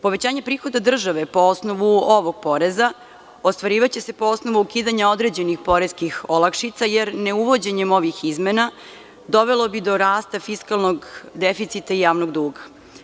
Povećanje prihoda države po osnovu ovog poreza ostvarivaće se po osnovu ukidanja određenih poreskih olakšica, jer ne uvođenjem ovih izmena dovelo bi do rasta fiskalnog deficita i javnog duga.